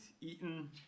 eaten